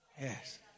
Yes